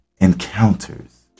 encounters